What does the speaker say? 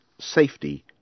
safety